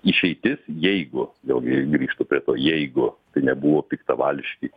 išeitis jeigu vėlgi grįžtu prie to jeigu tai nebuvo piktavališki